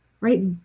right